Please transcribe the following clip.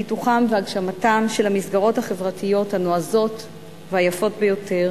לפיתוחן והגשמתן של המסגרות החברתיות הנועזות והיפות ביותר